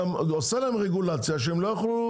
אתה עושה להם רגולציה שהם לא יוכלו